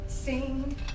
Sing